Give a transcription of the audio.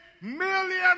million